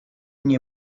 nie